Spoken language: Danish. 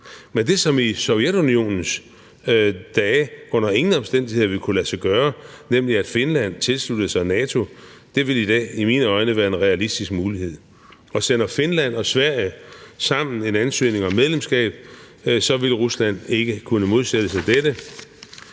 Men det, som i Sovjetunionens dage under ingen omstændigheder ville have kunnet lade sig gøre, nemlig at Finland tilsluttede sig NATO, ville i dag i mine øjne være en realistisk mulighed. Og sender Finland og Sverige sammen en ansøgning om medlemskab, vil Rusland ikke kunne modsætte sig dette.